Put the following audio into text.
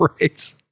Right